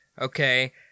okay